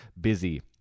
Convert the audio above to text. busy